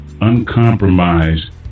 uncompromised